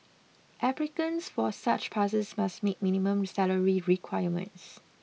applicants for such passes must meet minimum salary requirements